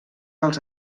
als